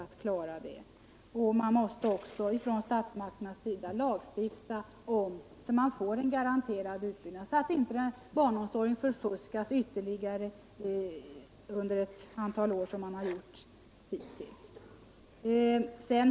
Statsmakterna måste också lagstifta om en garanterad utbyggnad, så att inte barnomsorgen förfuskas ytterligare under ett antal år liksom det har skett hittills.